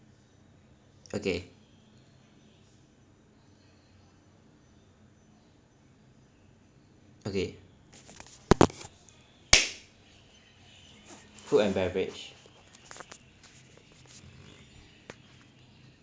okay okay food and beverage